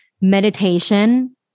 meditation